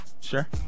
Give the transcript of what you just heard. Sure